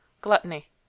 gluttony